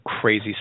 crazy